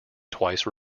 twice